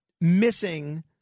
missing